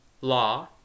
law